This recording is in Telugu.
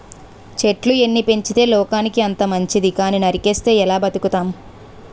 చెట్లు ఎన్ని పెంచితే లోకానికి అంత మంచితి కానీ నరికిస్తే ఎలా బతుకుతాం?